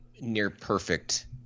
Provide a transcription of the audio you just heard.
near-perfect